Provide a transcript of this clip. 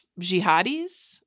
jihadis